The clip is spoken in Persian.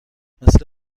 مثل